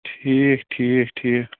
ٹھیٖک ٹھیٖک ٹھیٖک